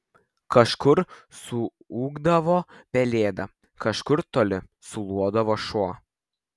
kažkur suūkdavo pelėda kažkur toli sulodavo šuo